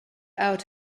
out